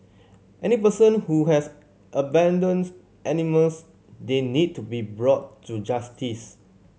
any person who has abandons animals they need to be brought to justice